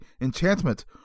enchantment